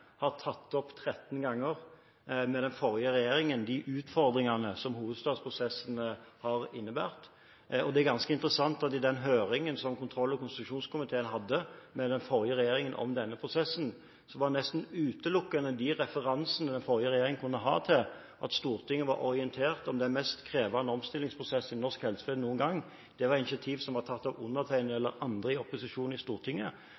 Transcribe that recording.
har tatt opp med den forrige regjeringen de utfordringene som hovedstadsprosessene har innebåret. Det er ganske interessant at i den høringen kontroll- og konstitusjonskomiteen hadde med den forrige regjeringen om denne prosessen, var de referansene som den forrige regjeringen hadde til at Stortinget var orientert om den mest krevende omstillingsprosessen i norsk helsevesen noen gang, nesten utelukkende initiativ som var tatt av undertegnede eller andre i opposisjon i Stortinget.